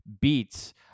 beats